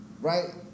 right